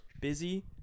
Busy